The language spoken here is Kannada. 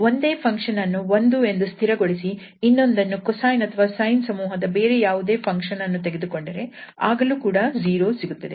ಒಂದು ಫಂಕ್ಷನ್ ಅನ್ನು 1 ಎಂದು ಸ್ಥಿರಗೊಳಿಸಿ ಇನ್ನೊಂದನ್ನು cosine ಅಥವಾ sine ಸಮೂಹದ ಬೇರೆ ಯಾವುದೇ ಫಂಕ್ಷನ್ ಅನ್ನು ತೆಗೆದುಕೊಂಡರೆ ಆಗಲೂ ಕೂಡ 0 ಸಿಗುತ್ತದೆ